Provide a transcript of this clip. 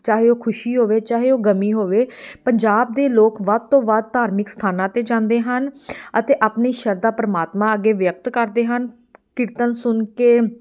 ਚਾਹੇ ਉਹ ਖੁਸ਼ੀ ਹੋਵੇ ਚਾਹੇ ਉਹ ਗਮੀ ਹੋਵੇ ਪੰਜਾਬ ਦੇ ਲੋਕ ਵੱਧ ਤੋਂ ਵੱਧ ਧਾਰਮਿਕ ਸਥਾਨਾਂ 'ਤੇ ਜਾਂਦੇ ਹਨ ਅਤੇ ਆਪਣੀ ਸ਼ਰਧਾ ਪਰਮਾਤਮਾ ਅੱਗੇ ਵਿਅਕਤ ਕਰਦੇ ਹਨ ਕੀਰਤਨ ਸੁਣ ਕੇ